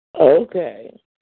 Okay